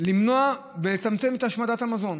למנוע ולצמצם את השמדת המזון.